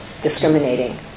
discriminating